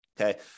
okay